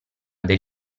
del